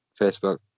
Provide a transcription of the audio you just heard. Facebook